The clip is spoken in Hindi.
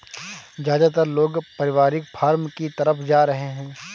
ज्यादातर लोग पारिवारिक फॉर्म की तरफ जा रहै है